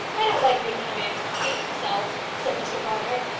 i don't like making a man criminate himself, said mr brodrick.